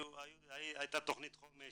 הייתה תכנית חומש,